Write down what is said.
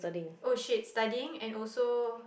oh shit studying and also